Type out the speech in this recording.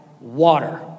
water